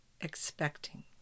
expecting